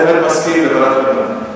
אני בהחלט מסכים לוועדת החינוך.